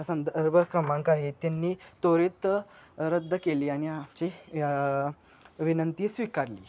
संदर्भ क्रमांक आहे त्यांनी त्वरित रद्द केली आणि आमची विनंती स्वीकारली